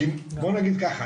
בואו נגיד ככה,